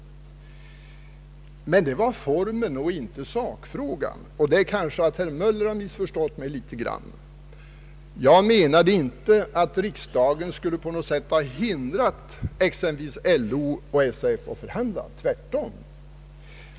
Jag var alltså tveksam om formen men inte om sakfrågan. På den punkten kanske herr Möller har missförstått mig litet. Jag menade inte att riksdagen på något sätt skulle ha hindrat exempelvis LO och SAF att förhandla — tvärtom.